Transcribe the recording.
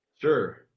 Sure